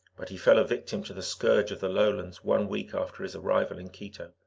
but he fell a victim to the scourge of the lowlands one week after his arrival in quito.